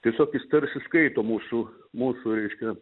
tiesiog jis tarsi skaito mūsų mūsų reiškia